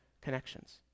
connections